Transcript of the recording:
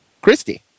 Christy